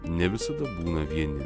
ne visada būna vieni